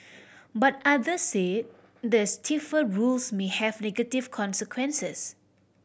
but others say the stiffer rules may have negative consequences